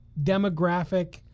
demographic